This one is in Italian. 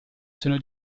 sono